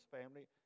family